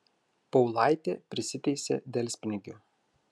paulaitė prisiteisė delspinigių